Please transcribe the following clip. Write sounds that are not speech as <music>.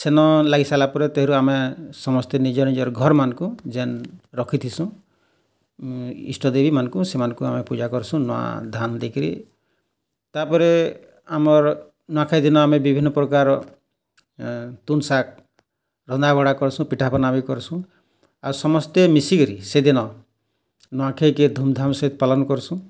Shane ଲାଗିସାରିଲା ପରେ ତହିଁରୁ ଆମେ ସମସ୍ତେ ନିଜ ନିଜର୍ ଘର୍ ମାନକୁ ଜେନ୍ ରଖିଥିଶୁଁ ଈଷ୍ଟଦେବୀ ମାନକୁ ସେମାନଙ୍କୁ ଆମେ ପୂଜା କରଷୁଁ ନୂଆ ଧାନ୍ ଦେଇକିରୀ ତାପରେ ଆମର୍ ନୂଆଖାଇ ଦିନ ଆମେ ବିଭିନ୍ ପ୍ରକାର୍ <unintelligible> ରନ୍ଧାବଢ଼ା କରସୁଁ ପିଠାପଣା ବି କରସୁଁ ଆଉ ସମସ୍ତେ ମିଶିକରି ସେଦିନ ନୂଆଖାଇ କେଁ ଧୂମ୍ ଧାମ୍ ସେ ପାଳନ୍ କରଷୁଁ